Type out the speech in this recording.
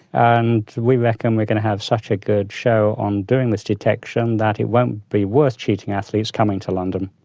and we reckon we're going to have such a good show on doing this detection that it won't be worth cheating athletes coming to london.